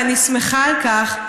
ואני שמחה על כך,